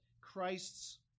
Christ's